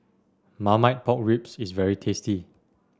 Marmite Pork Ribs is very tasty